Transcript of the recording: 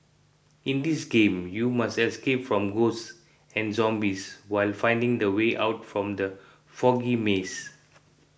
in this game you must escape from ghosts and zombies while finding the way out from the foggy maze